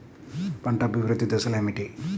పంట అభివృద్ధి దశలు ఏమిటి?